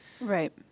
Right